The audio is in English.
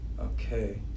Okay